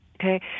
Okay